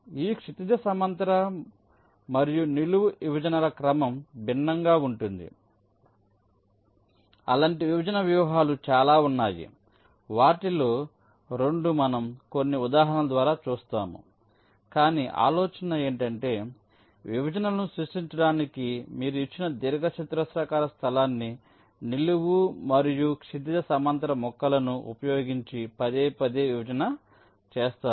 ఈ క్షితిజ సమాంతర మరియు నిలువు విభజనల క్రమం భిన్నంగా ఉంటుంది అలాంటి విభజన వ్యూహాలు చాలా ఉన్నాయి వాటిలో 2 మనం కొన్ని ఉదాహరణల ద్వారా చూస్తాము కాని ఆలోచన ఇది విభజనలను సృష్టించడానికి మీరు ఇచ్చిన దీర్ఘచతురస్రాకార స్థలాన్ని నిలువు మరియు క్షితిజ సమాంతర ముక్కలను ఉపయోగించి పదేపదే విభజన చేస్తారు